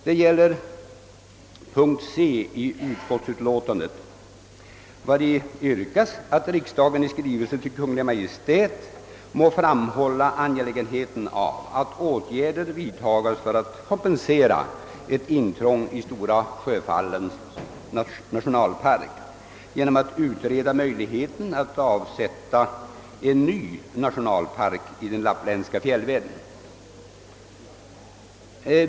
Det gäller punkten c) i utskottsutlåtandet, vari yrkas att riksdagen måtte »i skrivelse till Kungl. Maj:t framhålla angelägenheten av att åtgärder vidtages för att kompensera ett intrång i Stora Sjöfallets nationalpark genom att utreda möjligheten av att avsätta en ny nationalpark i den lappländska fjällvärlden».